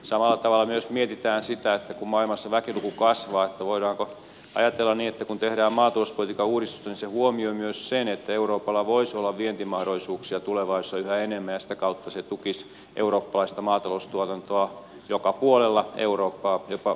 samalla tavalla myös mietitään sitä että kun maailmassa väkiluku kasvaa voidaanko ajatella niin että kun tehdään maatalouspolitiikan uudistusta se huomioi myös sen että euroopalla voisi olla vientimahdollisuuksia tulevaisuudessa yhä enemmän ja sitä kautta se tukisi eurooppalaista maataloustuotantoa joka puolella eurooppaa jopa suomessakin